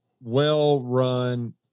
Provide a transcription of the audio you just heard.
well-run